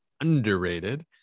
underrated